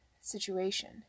situation